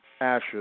ashes